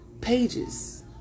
pages